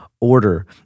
order